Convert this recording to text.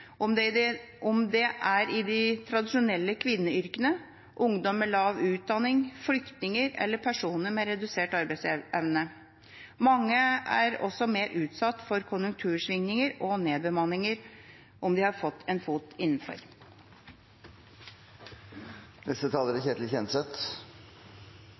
i de tradisjonelle kvinneyrkene, for ungdom med lav utdanning, for flyktninger eller personer med redusert arbeidsevne. Mange er også mer utsatt for konjunktursvingninger og nedbemanninger om de har fått en fot innenfor. Aller først en takk til likestillingsministeren for redegjørelsen i Stortinget. Som representanten Bekkevold påpekte, er